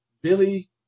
Billy